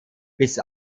bis